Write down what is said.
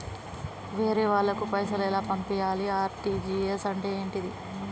వేరే వాళ్ళకు పైసలు ఎలా పంపియ్యాలి? ఆర్.టి.జి.ఎస్ అంటే ఏంటిది?